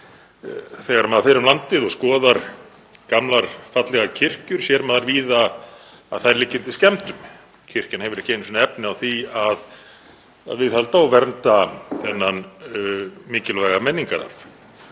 Þegar maður fer um landið og skoðar gamlar, fallegar kirkjur sér maður víða að þær liggja undir skemmdum. Kirkjan hefur ekki einu sinni efni á því að viðhalda og vernda þennan mikilvæga menningararf,